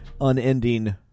unending